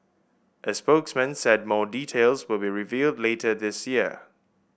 a spokesman said more details will be revealed later this year